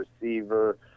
receiver